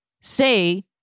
say